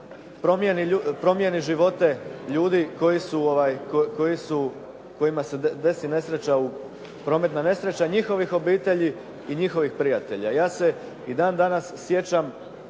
promijeni živote ljudi kojima se desi prometna nesreća, njihovih obitelji i njihovih prijatelja. Ja se i dan danas sjećam